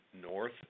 North